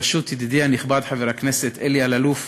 בראשות ידידי הנכבד חבר הכנסת אלי אלאלוף,